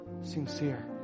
sincere